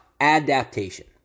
adaptation